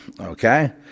okay